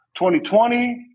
2020